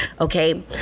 okay